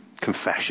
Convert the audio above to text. Confession